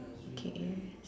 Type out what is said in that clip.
okay